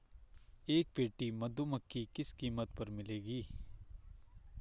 एक पेटी मधुमक्खी किस कीमत पर मिलेगी?